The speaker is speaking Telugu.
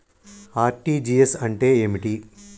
ఆర్.టి.జి.ఎస్ అంటే ఏమిటి?